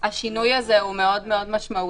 השינוי הזה הוא באמת מאוד מאוד משמעותי,